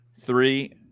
Three